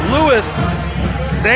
Lewis